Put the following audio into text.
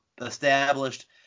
established